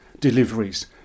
deliveries